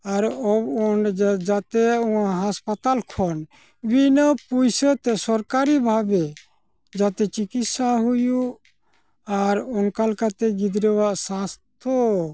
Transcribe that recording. ᱟᱨ ᱡᱟᱛᱮ ᱚᱱᱟ ᱦᱟᱥᱯᱟᱛᱟᱞ ᱠᱷᱚᱱ ᱵᱤᱱᱟᱹ ᱯᱩᱭᱥᱟᱹᱛᱮ ᱥᱚᱨᱠᱟᱨᱤᱵᱷᱟᱵᱮ ᱡᱟᱛᱮ ᱪᱤᱠᱤᱛᱥᱟ ᱦᱩᱭᱩᱜ ᱟᱨ ᱚᱱᱠᱟ ᱞᱮᱠᱟᱛᱮ ᱜᱤᱫᱽᱨᱟᱹᱣᱟᱜ ᱥᱟᱥᱛᱷᱚ